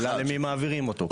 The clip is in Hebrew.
השאלה למי מעבירים אותו,